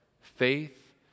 faith